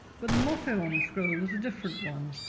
but the motto on the scroll was a different one,